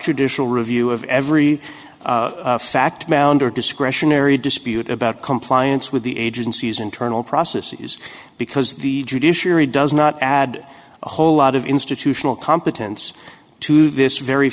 traditional review of every fact mound or discretionary dispute about compliance with the agency's internal processes because the judiciary does not add a whole lot of institutional competence to this very